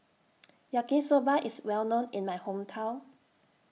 Yaki Soba IS Well known in My Hometown